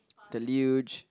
the luge